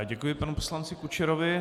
Děkuji panu poslanci Kučerovi.